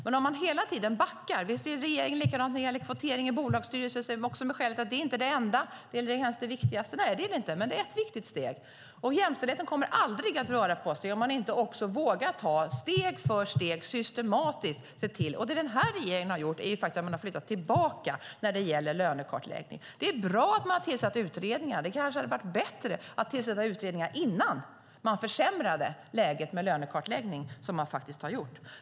Men man backar hela tiden - vi ser regeringen göra likadant när det gäller kvotering till bolagsstyrelser - med skälet att det inte är det enda, att det inte ens är det viktigaste. Nej, det är det inte, men det är ett viktigt steg. Jämställdheten kommer aldrig att röra på sig om man inte också systematiskt vågar ta steg för steg. Det den här regeringen har gjort är faktiskt att man har flyttat tillbaka när det gäller lönekartläggning. Det är bra att man har tillsatt utredningar. Det kanske hade varit bättre att tillsätta utredningar innan man försämrade läget för lönekartläggning, som man faktiskt har gjort.